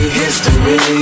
history